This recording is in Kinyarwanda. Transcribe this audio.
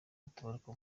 gutabaruka